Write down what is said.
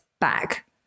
back